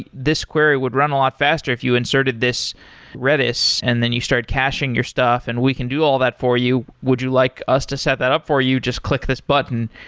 this query would run a lot faster if you inserted this redis and then you started caching your stuff, and we can do all that for you. would you like us to set that up for you? just click this button,